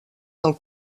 del